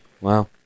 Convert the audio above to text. Wow